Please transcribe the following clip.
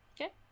Okay